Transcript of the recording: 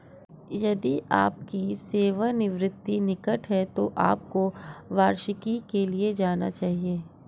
यदि आपकी सेवानिवृत्ति निकट है तो आपको वार्षिकी के लिए जाना चाहिए